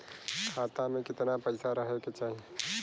खाता में कितना पैसा रहे के चाही?